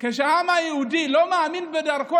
כשהעם היהודי לא מאמין בדרכו,